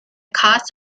cost